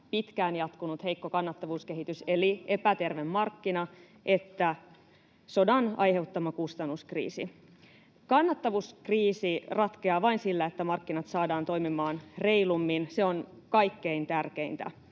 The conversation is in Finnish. pitkään jatkunut heikko kannattavuuskehitys, eli epäterve markkina, että sodan aiheuttama kustannuskriisi. Kannattavuuskriisi ratkeaa vain sillä, että markkinat saadaan toimimaan reilummin. Se on kaikkein tärkeintä.